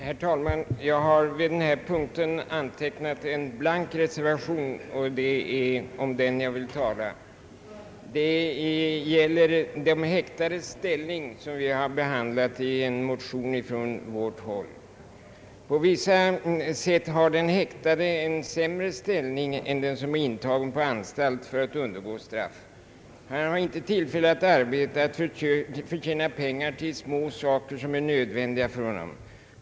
Herr talman! Jag har i den här punkten antecknat en blank reservation, och det är om den jag vill tala. I en motion från vårt håll har vi behandlat den häktades ställning. På vissa sätt har den häktade en sämre ställning än den som är intagen på anstalt för att undergå straff. Han har inte tillfälle att arbeta och tjäna pengar till småsaker som är nödvändiga för honom.